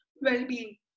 well-being